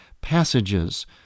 passages